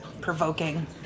provoking